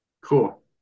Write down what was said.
cool